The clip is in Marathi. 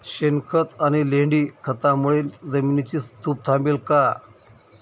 शेणखत आणि लेंडी खतांमुळे जमिनीची धूप थांबेल का?